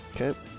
Okay